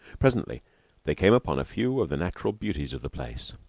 presently they came upon a few of the natural beauties of the place,